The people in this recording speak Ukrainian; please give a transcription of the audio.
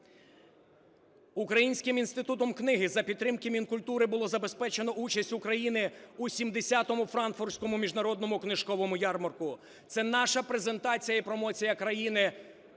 Українським Інститутом книги за підтримки Мінкультури було забезпечено участь України у 70-му Франкфуртському міжнародному книжковому ярмарку. Це наша презентація і промоція країни